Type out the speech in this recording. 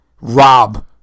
rob